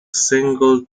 single